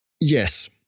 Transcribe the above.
Yes